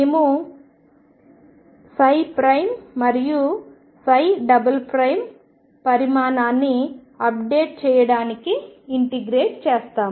మేము ψ మరియు ψ పరిమాణాన్ని అప్డేట్ చేయడానికి ఇంటిగ్రేట్ చేస్తాము